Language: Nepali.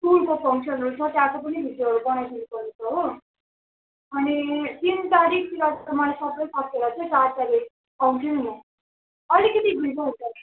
स्कुलको फङसन हो सर त्यहाँको पनि भिडियोहरू बनाइदिनु पर्नेछ हो अनि तिन तारिकतिर मैले सबै सकेर चाहिँ चार तारिक आउँछु नि म अलिकति ढिलो हुन्छ